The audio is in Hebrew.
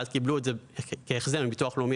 ואז קיבלו את זה כהחזר מהביטוח הלאומי,